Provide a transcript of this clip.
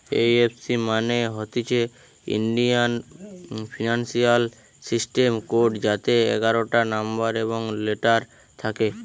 এই F C মানে হতিছে ইন্ডিয়ান ফিনান্সিয়াল সিস্টেম কোড যাতে এগারটা নম্বর এবং লেটার থাকে